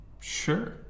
Sure